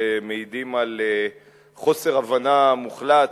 והם מעידים על חוסר הבנה מוחלט,